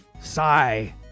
sigh